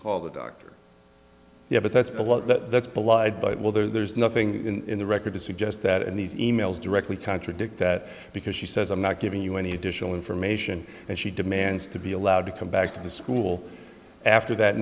call the doctor yeah but that's below that that's belied by it well there's nothing in the record to suggest that and these e mails directly contradict that because she says i'm not giving you any additional information and she demands to be allowed to come back to the school after that